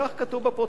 כך כתוב בפרוטוקול.